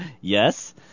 Yes